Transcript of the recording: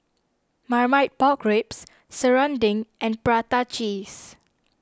Marmite Pork Ribs Serunding and Prata Cheese